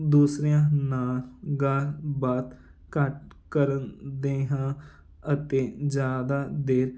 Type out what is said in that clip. ਦੂਸਰਿਆਂ ਨਾਲ ਗੱਲਬਾਤ ਘੱਟ ਕਰਨ ਦੇ ਹਾਂ ਅਤੇ ਜ਼ਿਆਦਾ ਦੇਰ